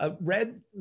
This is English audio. red